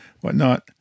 whatnot